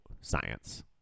science